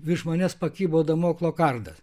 virš manęs pakibo damoklo kardas